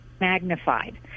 magnified